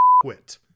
Quit